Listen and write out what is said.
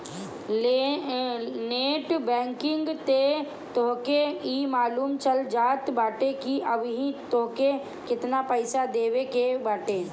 net banking से तोहके इ मालूम चल जात बाटे की अबही तोहके केतना पईसा देवे के बाटे